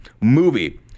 movie